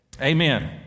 Amen